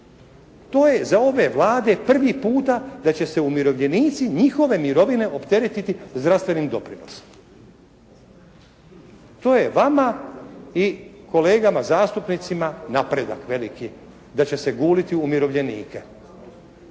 To je za ove Vlade prvi puta da će se umirovljenici, njihove mirovine opteretiti zdravstvenim doprinosom. To je vama i kolegama zastupnicima napredak veliki da će se guliti umirovljenike,